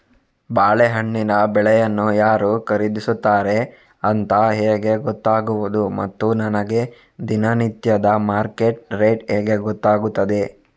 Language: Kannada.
ಬಾಳೆಹಣ್ಣಿನ ಬೆಳೆಯನ್ನು ಯಾರು ಖರೀದಿಸುತ್ತಾರೆ ಅಂತ ಹೇಗೆ ಗೊತ್ತಾಗುವುದು ಮತ್ತು ನನಗೆ ದಿನನಿತ್ಯದ ಮಾರ್ಕೆಟ್ ರೇಟ್ ಹೇಗೆ ಗೊತ್ತಾಗುತ್ತದೆ?